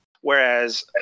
Whereas